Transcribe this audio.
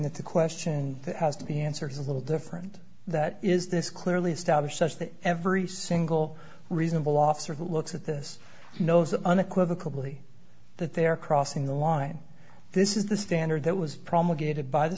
that the question that has to be answered is a little different that is this clearly established such that every single reasonable officer who looks at this knows that unequivocally that they are crossing the line this is the standard that was promulgated by the